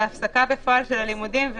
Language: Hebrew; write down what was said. בהפסקה בפועל של הלימודים,